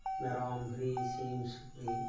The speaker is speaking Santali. ᱢᱮᱨᱚᱢ ᱵᱷᱤᱲᱤ ᱥᱤᱢ ᱥᱩᱠᱨᱤ